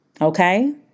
Okay